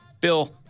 Bill